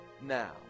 now